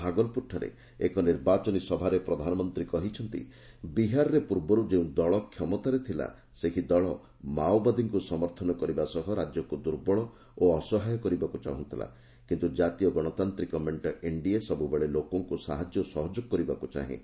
ଭାଗଲପୁରଠାରେ ଏକ ନିର୍ବାଚନୀସଭାରେ ପ୍ରଧାନମନ୍ତ୍ରୀ କହିଛନ୍ତି ବିହାରରେ ପୂର୍ବରୁ ଯେଉଁ ଦଳ କ୍ଷମତାରେ ଥିଲା ସେହି ଦଳ ମାଓବାଦୀଙ୍କୁ ସମର୍ଥନ କରିବା ସହ ରାଜ୍ୟକୁ ଦୁର୍ବଳ ଓ ଅସହାୟ କରିବାକୁ ଚାହୁଁଥିଲା କିନ୍ତୁ ଜାତୀୟ ଗଣତାନ୍ତ୍ରିକ ମେଂଟ ଏନ୍ଡିଏ ସବୁବେଳେ ଲୋକଙ୍କୁ ସାହାଯ୍ୟ ଓ ସହଯୋଗ କରିବାକୁ ଚାହେଁ